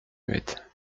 muette